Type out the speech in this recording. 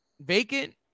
vacant